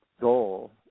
goal